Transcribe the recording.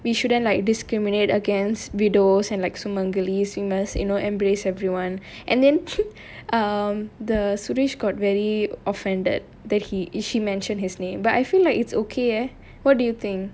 we shouldn't like discriminate against widows and like sumangali swimmers you know embrace everyone and then um the surish got very offended that he is she mention his name but I feel like it's okay eh what do you think